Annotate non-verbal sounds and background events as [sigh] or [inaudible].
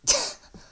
[laughs]